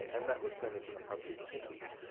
and that was seen as an appropriate sentence.